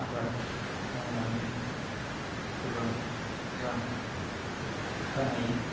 आबाद मावनानैनो गोबां रां खामायो